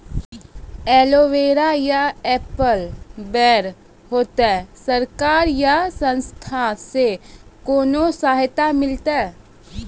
Aloe vera या apple बैर होते? सरकार या संस्था से कोनो सहायता मिलते?